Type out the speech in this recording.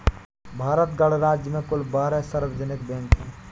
भारत गणराज्य में कुल बारह सार्वजनिक बैंक हैं